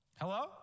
Hello